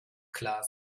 klar